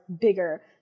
bigger